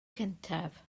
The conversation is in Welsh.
cyntaf